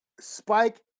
Spike